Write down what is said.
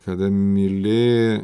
kada myli